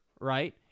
right